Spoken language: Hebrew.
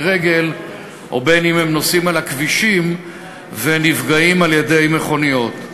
רגל ובין שהם נוסעים על הכבישים ונפגעים על-ידי מכוניות.